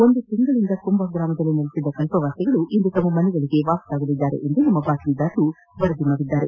ಒಂದು ತಿಂಗಳ ಕಾಲ ಕುಂಭ ಗ್ರಾಮದಲ್ಲಿ ನೆಲೆಸಿದ್ದ ಕಲ್ಪವಾಸಿಗಳು ಇಂದು ತಮ್ಮ ಮನೆಗಳಿಗೆ ಹಿಂದಿರುಗಳಿದ್ದಾರೆ ಎಂದು ನಮ್ಮ ಬಾತ್ಮೀರದಾರರು ವರದಿ ಮಾಡಿದ್ದಾರೆ